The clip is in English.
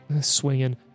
swinging